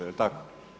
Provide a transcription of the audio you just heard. Jel' tako?